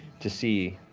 to see,